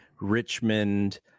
Richmond